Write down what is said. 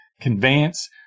conveyance